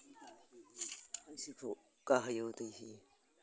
गाहायाव दै होयो